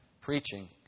preaching